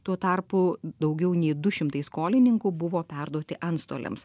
tuo tarpu daugiau nei du šimtai skolininkų buvo perduoti antstoliams